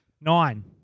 Nine